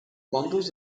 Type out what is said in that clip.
bundles